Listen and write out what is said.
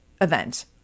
event